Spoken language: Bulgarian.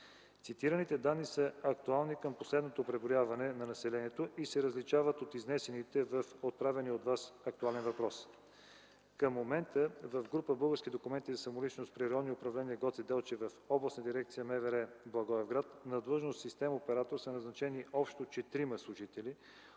Цитираните данни са актуални към последното преброяване на населението и се различават от изнесените в отправения от Вас актуален въпрос. Към момента в група „Български документи за самоличност” при Районно управление – Гоце Делчев, в Областна дирекция на МВР – Благоевград, на длъжност „системен оператор” са назначени общо четирима служители,